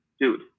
Dude